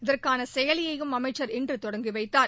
இதற்கான செயலியையும் அமைச்சர் இன்று தொடங்கி வைத்தார்